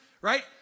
right